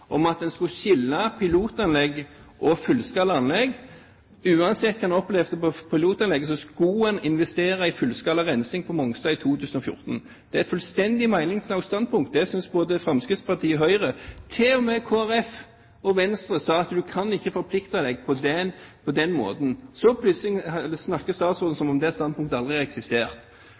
pilotanlegget, skulle man investere i fullskala rensing på Mongstad i 2014. Det er et fullstendig meningsløst standpunkt. Det synes både Fremskrittspartiet og Høyre. Til og med Kristelig Folkeparti og Venstre sa at man ikke kan forplikte seg på den måten. Statsråden snakker som om det standpunktet aldri har eksistert.